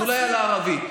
אז אולי על הערבים.